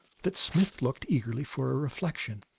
that smith looked eagerly for a reflection.